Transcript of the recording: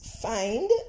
find